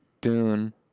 Dune